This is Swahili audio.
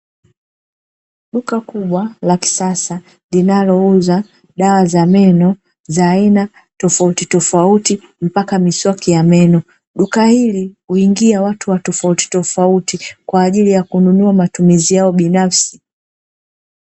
Duka kubwa la kisasa linalouza dawa za meno za aina tofautitofauti mpaka miswaki ya meno. Duka hili huingia watu wa tofautitofauti, kwa ajili ya kununua matumizi yao binafsi.